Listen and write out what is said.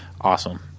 awesome